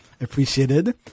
appreciated